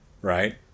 right